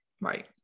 right